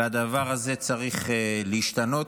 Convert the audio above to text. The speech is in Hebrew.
והדבר הזה צריך להשתנות.